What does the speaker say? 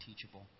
teachable